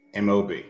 MOB